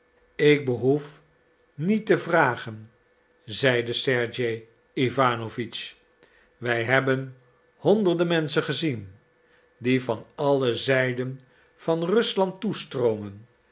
ik behoef niet te vragen zeide sergej iwanowitsch wij hebben honderden menschen gezien die van alle zijden van rusland toestroomen